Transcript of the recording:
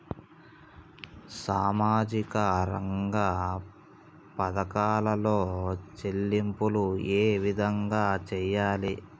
సామాజిక రంగ పథకాలలో చెల్లింపులు ఏ విధంగా చేయాలి?